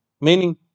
Meaning